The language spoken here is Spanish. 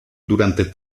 durante